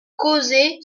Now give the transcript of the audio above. causer